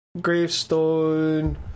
Gravestone